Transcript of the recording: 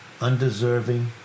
undeserving